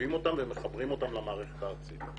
מטייבים אותם ומחברים אותם למערכת הארצית.